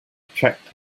checked